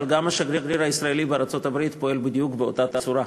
אבל גם השגריר הישראלי בארצות-הברית פועל בדיוק באותה צורה,